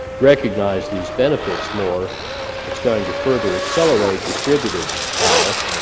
recognize these benefits more it's going to further accelerate distributed power,